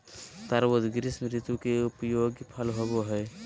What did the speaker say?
तरबूज़ ग्रीष्म ऋतु के उपयोगी फल होबो हइ